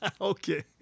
Okay